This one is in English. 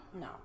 No